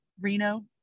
Reno